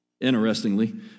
Interestingly